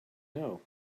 know